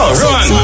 run